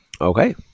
Okay